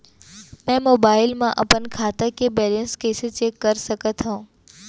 मैं मोबाइल मा अपन खाता के बैलेन्स कइसे चेक कर सकत हव?